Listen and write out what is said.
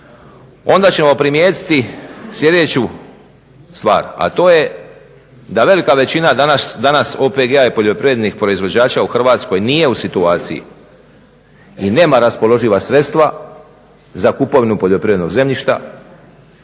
onda ćemo primijetiti sljedeću stvar. A to je da velika većina danas OPG-a i poljoprivrednih proizvođača u Hrvatskoj nije u situaciji i nema raspoloživa sredstva za kupovinu poljoprivrednog zemljišta